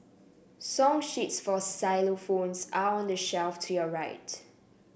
song sheets for xylophones are on the shelf to your right